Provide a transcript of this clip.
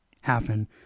happen